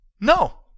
No